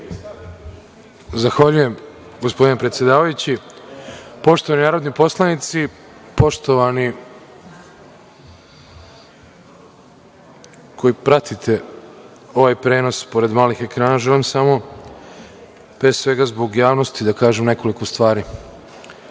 Zahvaljujem, gospodine predsedavajući. Poštovani narodni poslanici, poštovani koji pratite ovaj prenos pored malih ekrana, želim samo, pre svega, zbog javnosti da kažem nekoliko